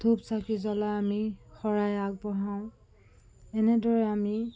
ধূপ চাকি জ্বলাই আমি শৰাই আগবঢ়াওঁ এনেদৰে আমি